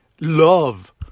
love